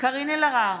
קארין אלהרר,